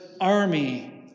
army